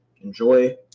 enjoy